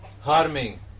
Harming